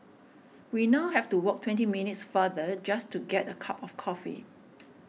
we now have to walk twenty minutes farther just to get a cup of coffee